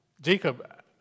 Jacob